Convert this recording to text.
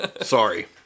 Sorry